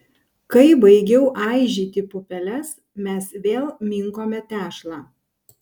kai baigiau aižyti pupeles mes vėl minkome tešlą